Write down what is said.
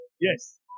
yes